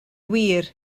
wir